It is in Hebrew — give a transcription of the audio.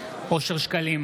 אושר שקלים,